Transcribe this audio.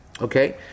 Okay